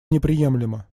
неприемлемо